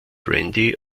randy